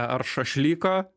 ar šašlyko